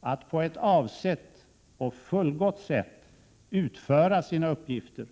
att på ett avsett — och fullgott — sätt utföra sina uppgifter.